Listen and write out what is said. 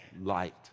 light